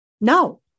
No